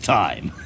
time